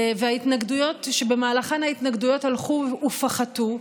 שבמהלכן ההתנגדויות הלכו ופחתו,